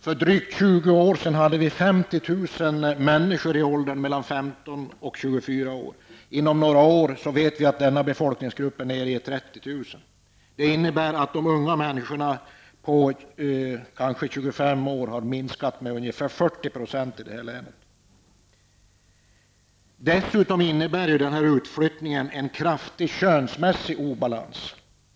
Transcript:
För drygt 20 år sedan hade vi i länet 50 000 personer i åldern mellan 15 och 24 år. Om några år är denna befolkningsgrupp nere i 30 000. Det innebär att antalet människor som är under 25 år minskat med kanske 40 %. Dessutom innebär utflyttningen av ungdomen en kraftigt könsmässig obalans.